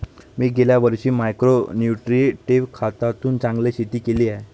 मी गेल्या वर्षी micro nutritive खतातून चांगले शेती केली आहे